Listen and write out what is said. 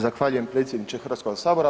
Zahvaljujem predsjedniče Hrvatskoga sabora.